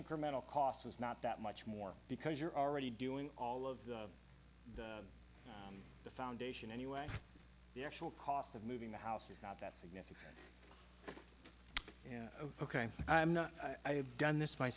incremental cost was not that much more because you're already doing all of the the foundation anyway the actual cost of moving the house is not that significant of ok i'm not i've done this my